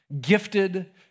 gifted